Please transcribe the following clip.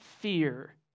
fear